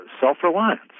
self-reliance